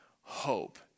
hope